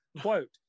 Quote